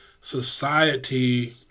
society